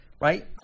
right